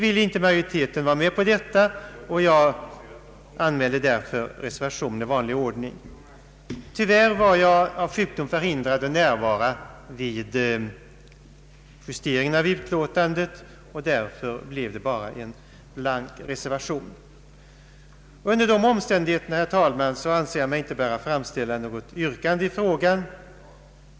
Majoriteten ville inte vara med på detta, och jag anmälde därför reservation i vanlig ordning. Tyvärr var jag av sjukdom förhindrad att närvara vid justeringen av utlåtandet, och därför blev det bara en blank reservation. Under dessa omständigheter, herr talman, anser jag mig inte böra framställa något yrkande i frågan.